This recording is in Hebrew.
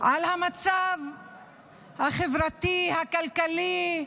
על המצב החברתי, הכלכלי,